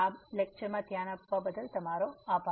તમારું ધ્યાન બદલ આભાર